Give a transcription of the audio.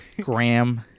Graham